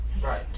Right